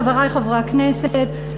חברי חברי הכנסת,